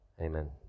Amen